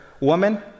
Woman